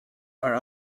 are